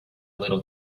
little